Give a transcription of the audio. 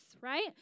right